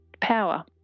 power